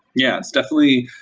yeah. definitely,